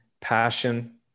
passion